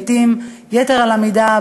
לעתים יתר על המידה,